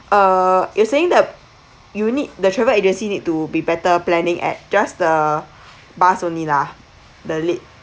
uh you're saying the you need the travel agency need to be better planning at just the bus only lah the late